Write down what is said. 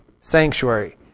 sanctuary